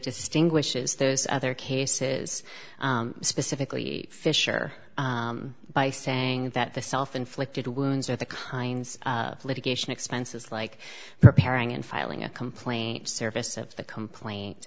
to stink wishes those other cases specifically fisher by saying that the self inflicted wounds are the kinds of litigation expenses like repairing and filing a complaint service of the complaint